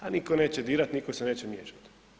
A niko neće dirat, niko se neće miješat.